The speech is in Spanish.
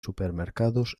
supermercados